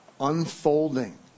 Unfolding